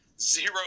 Zero